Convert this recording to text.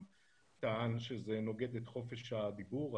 טען שהגבלת הרשתות נוגד את חופש הדיבור.